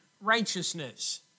righteousness